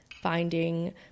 finding